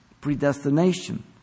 predestination